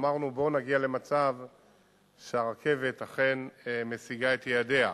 אמרנו: בוא נגיע למצב שהרכבת אכן משיגה את יעדיה.